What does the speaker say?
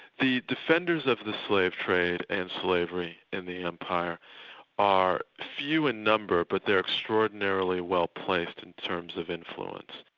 the defenders of the slave trade and slavery in the empire are few in number but they're extraordinarily well placed in terms of influence.